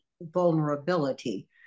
vulnerability